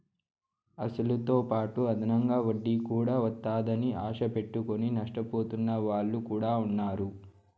అసలుతోపాటు అదనంగా వడ్డీ కూడా వత్తాదని ఆశ పెట్టుకుని నష్టపోతున్న వాళ్ళు కూడా ఉన్నారు